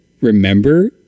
remember